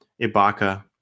Ibaka